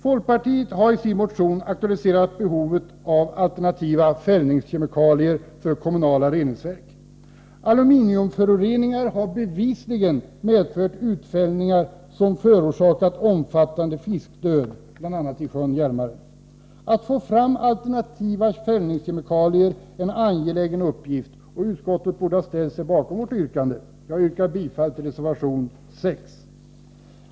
Folkpartiet har i sin motion aktualiserat behovet av alternativa fällningskemikalier för kommunala reningsverk. Aluminiumföreningar har bevisligen medfört utfällningar som förorsakat omfattande fiskdöd, bl.a. i sjön Hjälmaren. Att få fram alternativa fällningskemikalier är en angelägen uppgift, och utskottet borde ha ställt sig bakom vårt yrkande. Jag yrkar bifall till reservation 6.